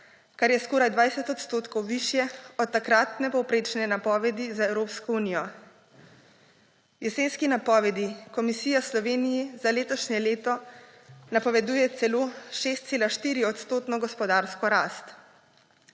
kar je skoraj 20 odstotkov višje od takratne povprečne napovedi za Evropsko unijo. V jesenski napovedi komisija Sloveniji za letošnje leto napoveduje celo 6,4-odstotno gospodarsko rast.